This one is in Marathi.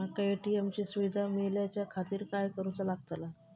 माका ए.टी.एम ची सुविधा मेलाच्याखातिर काय करूचा लागतला?